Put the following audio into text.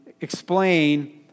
explain